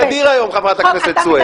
עשית לעצמך נזק אדיר היום, חברת הכנסת סויד.